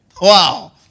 Wow